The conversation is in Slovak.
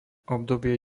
obdobie